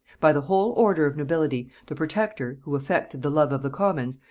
by the whole order of nobility the protector, who affected the love of the commons,